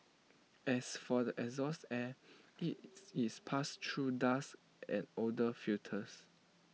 as for the exhaust air its is passed through dust and odour filters